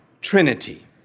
Trinity